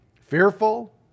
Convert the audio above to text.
fearful